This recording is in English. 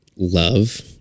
love